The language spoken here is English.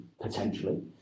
potentially